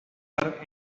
utilizar